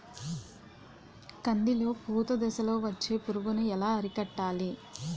కందిలో పూత దశలో వచ్చే పురుగును ఎలా అరికట్టాలి?